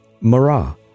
Marah